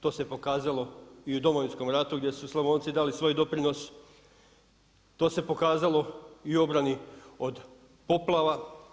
To se pokazalo i u Domovinskom ratu gdje su Slavonci dali svoj doprinos, to se pokazalo i u obrani od poplava.